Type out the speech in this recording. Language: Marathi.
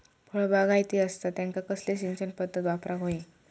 फळबागायती असता त्यांका कसली सिंचन पदधत वापराक होई?